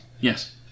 yes